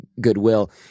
goodwill